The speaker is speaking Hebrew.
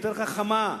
יותר חכמה,